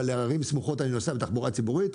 אבל לערים סמוכות אני נוסע בתחבורה ציבורית.